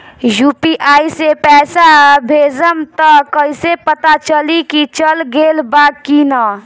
UPI से पइसा भेजम त कइसे पता चलि की चल गेल बा की न?